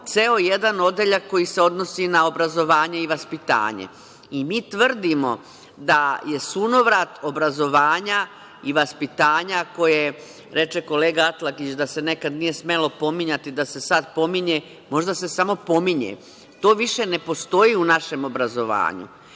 ceo jedan odeljak koji se odnosi na obrazovanje i vaspitanje. Mmi tvrdimo da je sunovrat obrazovanja i vaspitanja koje reče kolega Atlagić da se nekad nije smelo pominjati da se sad pominje, možda se samo pominje, to više ne postoji u našem obrazovanju.